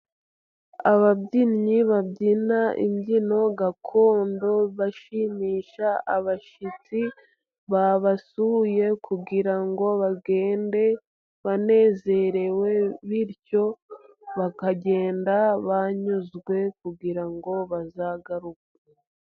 Ababyinnyi babyina imbyino gakondo, bashimisha abashyitsi babasuye kugira ngo bagende banezerewe ,bityo bakagenda banyuzwe kugira ngo bazagaruke.